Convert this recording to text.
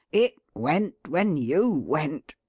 it went when you went.